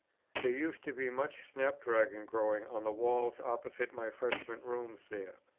there used to be much snap-dragon growing on the walls opposite my freshman's rooms there,